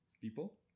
people